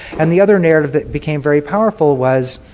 and the other narrative that became very powerful was